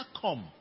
come